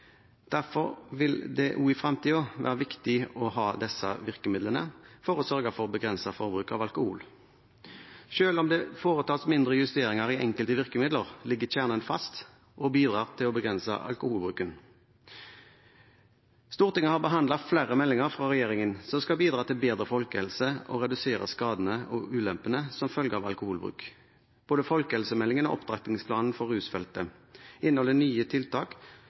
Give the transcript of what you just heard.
Derfor vil det også i fremtiden være viktig å ha disse virkemidlene for å sørge for begrenset forbruk av alkohol. Selv om det foretas mindre justeringer i enkelte virkemidler, ligger kjernen fast og bidrar til å begrense alkoholbruken. Stortinget har behandlet flere meldinger fra regjeringen som skal bidra til bedre folkehelse, og redusere skadene og ulempene som følge av alkoholbruk. Både folkehelsemeldingen og opptrappingsplanen for rusfeltet inneholder nye tiltak